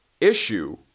issue